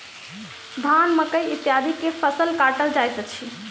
धान, मकई इत्यादि के फसिल काटल जाइत अछि